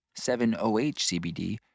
7-OH-CBD